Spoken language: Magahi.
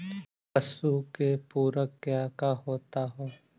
पशु के पुरक क्या क्या होता हो?